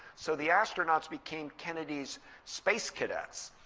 so the astronauts became kennedy's space cadets,